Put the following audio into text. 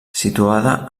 situada